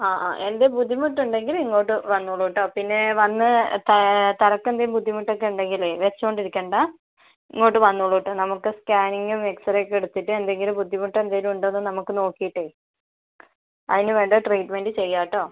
അ ആ എന്തേ ബുദ്ധിമുട്ടുണ്ടെങ്കിൽ ഇങ്ങോട്ടു വന്നോളുട്ടൊ പിന്നെ വന്ന് തലക്കെന്തേലും ബുദ്ധിമുട്ടൊക്കെ ഉണ്ടെങ്കിലെ വച്ചോണ്ടിരിക്കണ്ട ഇങ്ങോട്ട് വന്നോളുട്ടോ നമ്മള് സ്കാനിങ്ങും എക്സറേയൊക്കെ എടുത്തിട്ട് എന്തെങ്കിലും ബുദ്ധിമുട്ടോ എന്തേലും ഉണ്ടോന്ന് നമുക്ക് നോക്കീട്ടെ അതിന് വേണ്ട ട്രീറ്റ്മെന്റ് ചെയ്യാട്ടോ